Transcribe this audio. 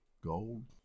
gold